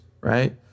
right